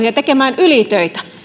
ja tekemästä ylitöitä